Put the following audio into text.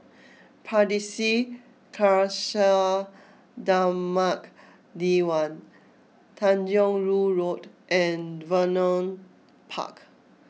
Pardesi Khalsa Dharmak Diwan Tanjong Rhu Road and Vernon Park